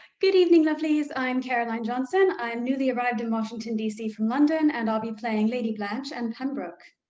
good evening, lovelies. i'm caroline johnson. i'm newly arrived in washington, dc, from london and i'll be playing lady blanche and pembroke.